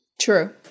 True